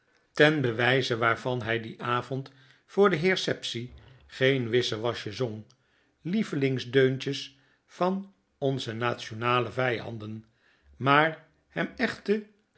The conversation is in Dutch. ten bewyze waarvan hij dien avond voor den heer sapsea geen wissewasje zong lievelingsdeuntjes van onze nationale vyanden maar hem echte